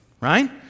right